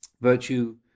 virtue